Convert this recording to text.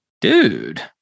dude